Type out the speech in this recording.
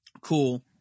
Cool